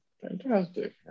fantastic